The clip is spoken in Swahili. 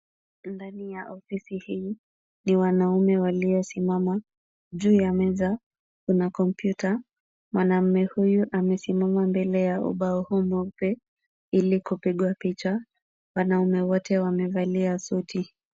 Ndani ya ofisi hii ni wanaume waliosimama. Juu ya meza kuna kompyuta. Mwanamume huyu amesema mbele ya ubao huu mweupe ili kupigwa picha. Wanaume wote wamevalia suti.